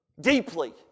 deeply